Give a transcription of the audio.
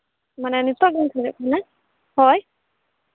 ᱢᱟᱱᱮ ᱱᱤᱛᱳᱜ ᱜᱤᱧ ᱠᱷᱚᱡᱚᱜ ᱠᱟᱱᱟ ᱦᱳᱭ